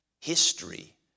History